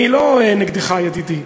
אני לא נגדך, ידידי.